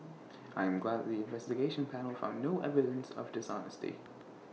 I am glad that the investigation panel found no evidence of dishonesty